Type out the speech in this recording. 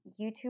YouTube